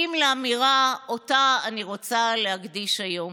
מתאים לאמירה שאותה אני רוצה להקדיש היום.